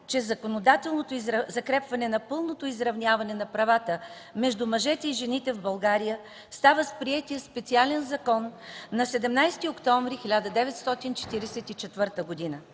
че законодателното закрепване на пълното изравняване на правата между мъжете и жените в България става с приетия специален закон на 17 октомври 1944 г.